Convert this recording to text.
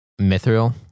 Mithril